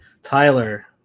Tyler